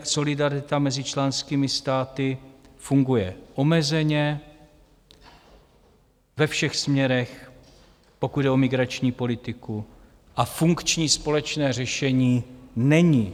Solidarita mezi členskými státy funguje omezeně, ve všech směrech, pokud jde o migrační politiku, a funkční společné řešení není.